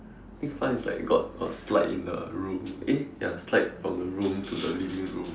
I think mine is like got got slide in the room eh ya slide from the room to the living room